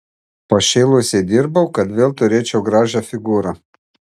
pašėlusiai dirbau kad vėl turėčiau gražią figūrą